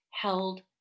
held